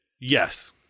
yes